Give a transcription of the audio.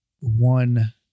one